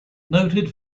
noted